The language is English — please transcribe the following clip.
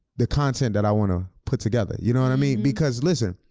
the content that i wanna put together. you know and i mean because listen,